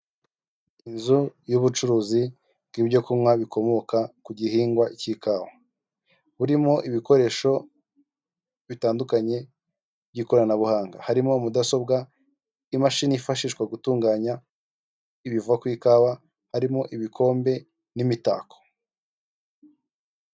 Inzu y'ubucuruzi bw'ibyokunywa bikomoka ku gihingwa cy'ikawa. Burimo ibikoresho bitandukanye by'ikoranabuhanga. Harimo mudasobwa y'imashini yifashishwa gutunganya ibiva ku ikawa, harimo ibikombe n'imitako.